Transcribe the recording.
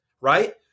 right